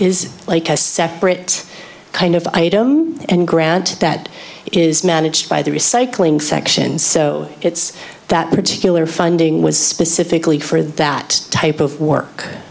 is like a separate kind of item and grant that is managed by the recycling section so it's that particular funding was specifically for that type of work